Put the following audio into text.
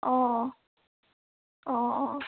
অঁ অঁ